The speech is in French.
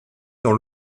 dans